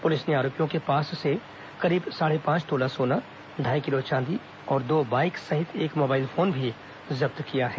police ने आरोपियो के पास से करीब साढ़े पांच तोला सोना ढाई किलो चांदी और दो बाइक और एक मोबाइल फोन भी जब्त किया है